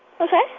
Okay